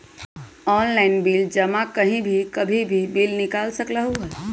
Online bill जमा कहीं भी कभी भी बिल निकाल सकलहु ह?